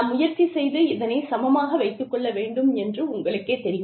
நாம் முயற்சி செய்து இதனைச் சமமாக வைத்துக் கொள்ள வேண்டும் என்று உங்களுக்கே தெரியும்